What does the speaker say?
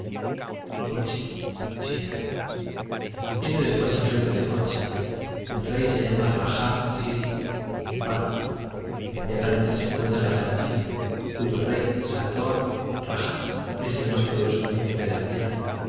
china viene después el reino de cocchi el rey se llama raja siri bummipala inmediatamente se encuentra la gran china cuyo rey santoa raja es el más poderoso príncipe de la tierra